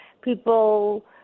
people